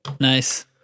Nice